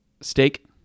steak